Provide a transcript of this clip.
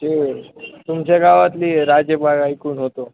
ते तुमच्या गावातली राजेबाग ऐकून होतो